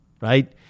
right